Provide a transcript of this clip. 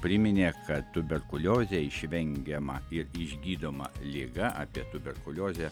priminė kad tuberkuliozė išvengiama ir išgydoma liga apie tuberkuliozę